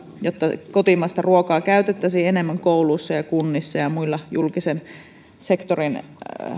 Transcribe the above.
jotta kotimaista ruokaa käytettäisiin enemmän kouluissa ja kunnissa ja muilla julkisen sektorin